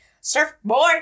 Surfboard